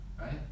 right